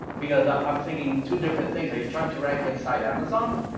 because i'm thinking two different things. are you trying to rank inside amazon?